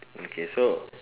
okay so